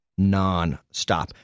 nonstop